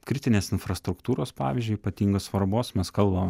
kritinės infrastruktūros pavyzdžiui ypatingos svarbos mes kalbam